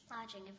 lodging